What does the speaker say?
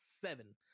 seven